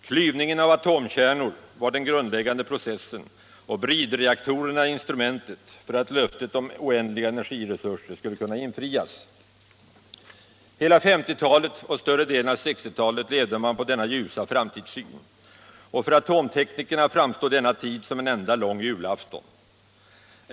Klyvningen av atomkärnor var den grundläggande processen och bridreaktorerna instrumentet för att löftet om oändliga energiresurser skulle kunna infrias. Hela 1950-talet och större delen av 1960-talet levde man på denna ljusa framtidssyn, och för atomteknikerna framstod denna tid som en enda lång julafton.